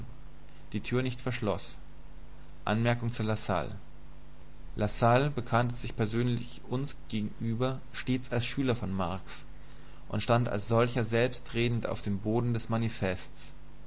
lassalleanern lassalle bekannte sich persönlich uns gegenüber stets als schüler von marx und stand als solcher selbstredend auf dem boden des manifests